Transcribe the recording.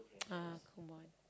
ah Kumon